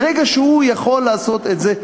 ברגע שהוא יכול לעשות את זה,